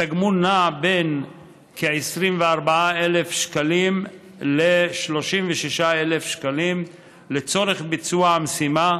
התגמול נע מכ-24,000 שקלים ל-36,000 שקלים לצורך ביצוע המשימה.